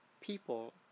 people